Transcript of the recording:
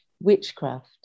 witchcraft